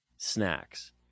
snacks